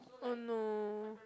oh no